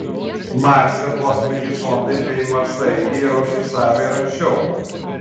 marse kosminiai zondai bei marsaeigiai yra užfiksavę ir anksčiau